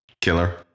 Killer